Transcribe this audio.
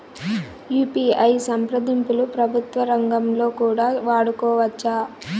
UPI సంప్రదింపులు ప్రభుత్వ రంగంలో కూడా వాడుకోవచ్చా?